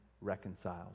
reconciled